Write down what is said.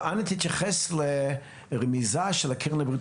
אנא תתייחס לרמיזה של הקרן לבריאות